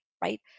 right